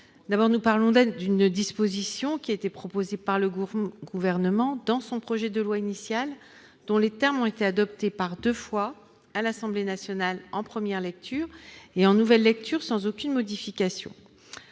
sujet. Nous parlons ici d'une disposition qui a été inscrite par le Gouvernement dans son projet de loi initial et dont les termes ont été adoptés par deux fois à l'Assemblée nationale, en première et en nouvelle lectures, sans aucune modification.